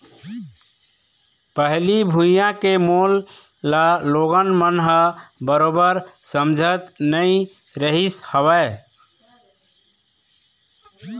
पहिली भुइयां के मोल ल लोगन मन ह बरोबर समझत नइ रहिस हवय